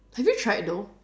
have you tried though